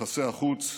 ביחסי החוץ,